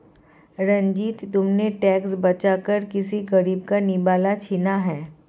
रंजित, तुमने टैक्स बचाकर किसी गरीब का निवाला छीना है